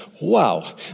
Wow